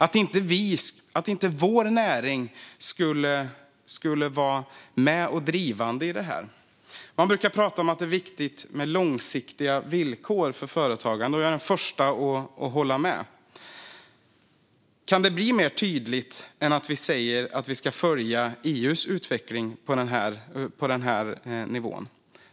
Det är klart att vår näring kommer att vara med och vara drivande i detta. Man brukar prata om att det är viktigt med långsiktiga villkor för företagande. Jag är den förste att hålla med. Kan det bli mer tydligt än att vi säger att vi ska följa EU:s utveckling av nivån?